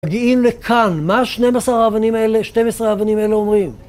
מגיעים לכאן, מה 12 האבנים האלה אומרים?